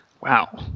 Wow